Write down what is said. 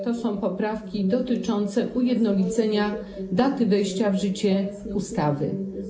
To są poprawki dotyczące ujednolicenia daty wejścia w życie ustawy.